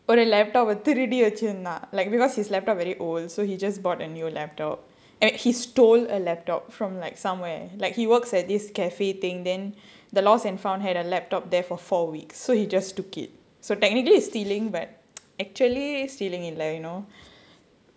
ஒரு:oru laptop திருடி வச்சிருந்தான்:thirudi vachirunthaan like because his laptop very old so he just bought a new laptop and he stole a laptop from like somewhere like he works at this cafe thing then the lost and found had a laptop there for four weeks so he just took it so technically it's stealing but actually stealing in like you know